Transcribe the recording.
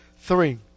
three